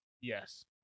Yes